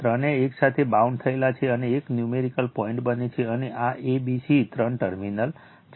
ત્રણેય એક સાથે બાઉન્ડ થયેલા છે અને એક ન્યૂમેરિકલ પોઇન્ટ બને છે અને આ a b c ત્રણ ટર્મિનલ છે